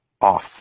off